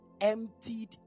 emptied